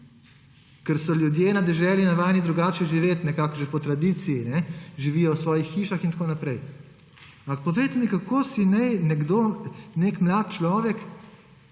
ker so ljudje na deželi navajeni drugače živeti nekako že po tradiciji. Živijo v svojih hišah in tako naprej. Ampak povejte mi, kako si naj nek mlad človek,